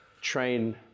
train